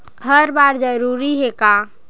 हर बार जरूरी हे का?